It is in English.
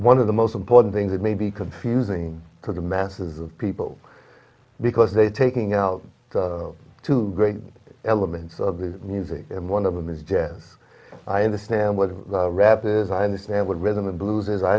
one of the most important things that may be confusing to the masses of people because they are taking out two great elements of the music and one of them is jazz i understand what rappers i understand what rhythm and blues is i